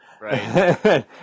Right